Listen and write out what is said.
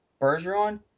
Bergeron